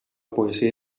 poesia